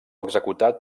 executat